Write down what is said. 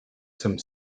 some